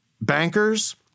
bankers